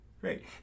Great